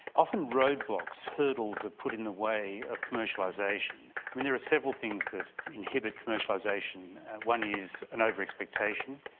often roadblocks, hurdles are put in the way of commercialization. i mean there are several things that inhibit commercialization one is an over expectation,